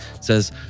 Says